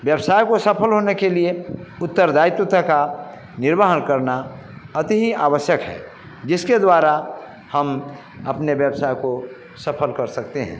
व्यवसाय को सफल होने के लिए उत्तरदायित्वतता का निर्वाहन करना अति आवश्यक है जिसके द्वारा हम अपने व्यवसाय को सफल कर सकते हैं